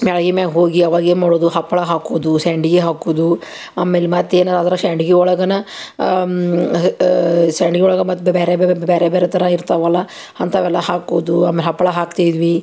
ಮ್ಯಾಳ್ಗೆ ಮ್ಯಾಗೆ ಹೋಗಿ ಅವಾಗ ಏನು ಮಾಡುವುದು ಹಪ್ಪಳ ಹಾಕೋದು ಸಂಡ್ಗೆ ಹಾಕೋದು ಆಮೇಲೆ ಮತ್ತು ಏನಾರೂ ಆದ್ರೆ ಸೆಂಡ್ಗಿ ಒಳಗೇನ ಸಂಡ್ಗೆ ಒಳಗೆ ಮತ್ತು ಬೇರೆ ಬೇರೆ ಬೇರೆ ಥರ ಇರ್ತಾವಲ್ಲ ಅಂಥವೆಲ್ಲ ಹಾಕೋದು ಆಮೇಲೆ ಹಪ್ಪಳ ಹಾಕ್ತಿದ್ವಿ